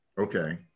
Okay